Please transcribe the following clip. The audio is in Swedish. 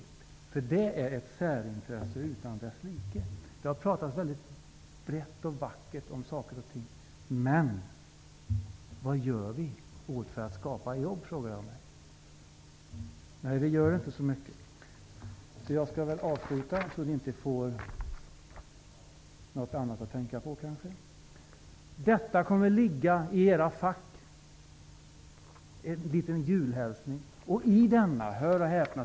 Det representerar ett särintresse utan like. Det har talats så brett och vackert om olika saker och ting, men vad gör vi för att skapa jobb? Nej, vi gör inte så mycket. Jag skall sluta här för att jag inte skall komma att tänka på något annat. Jag skall lägga en liten julhälsning, en trycksak, i ledamöternas fack.